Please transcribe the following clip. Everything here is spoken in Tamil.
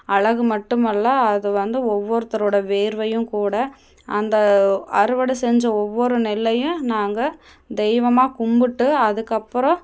அழகு மட்டும் அல்ல அது வந்து ஒவ்வொருத்தரோட வேர்வையும் கூட அந்த அறுவடை செஞ்ச ஒவ்வொரு நெல்லையும் நாங்கள் தெய்வமாக கும்பிட்டு அதுக்கப்புறம்